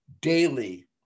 daily